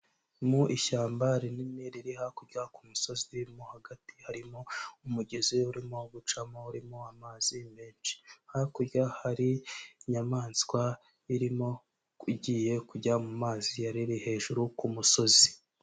Mu ishyamba rinini riri hakurya ku musozi mo hagati harimo umugezi urimo gucamo urimo amazi menshi, hakurya hari inyamaswa irimo igiye kujya mu mazi yari iri hejuru ku musozi.